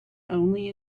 only